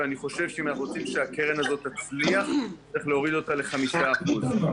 אם רוצים שהקרן הזאת תצליח צריך להוריד אותה ל-5%.